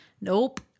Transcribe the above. Nope